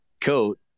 coat